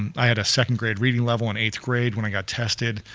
um i had a second grade reading level in eigth grade when i got tested.